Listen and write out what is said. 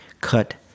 cut